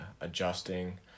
adjusting